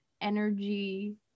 energy